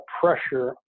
pressure